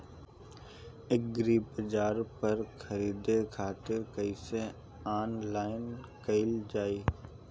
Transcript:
एग्रीबाजार पर खरीदे खातिर कइसे ऑनलाइन कइल जाए?